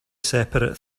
seperate